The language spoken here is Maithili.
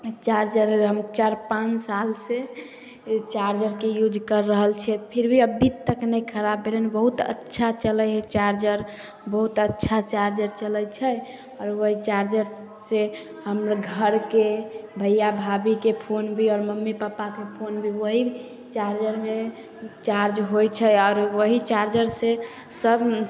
चार्जर हम चारि पाॅंच साल से ओ चार्जरके यूज कर रहल छियै फिर अभी तक नहि खराब भेलै हन बहुत अच्छा चलै हइ चार्जर बहुत अच्छा चार्जर चलै छै आओर ओहि चार्जर से हम्मर घरके भैया भाभीके फोन भी आओर मम्मी पप्पाके फोन भी वही चार्जरमे चार्ज होइ छै आओर वही चार्जर से सब